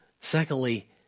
Secondly